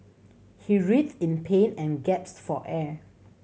he writhed in pain and gasped for air